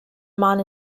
man